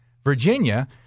Virginia